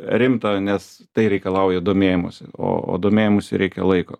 rimta nes tai reikalauja domėjimosi o o domėjimuisi reikia laiko